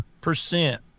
percent